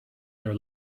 their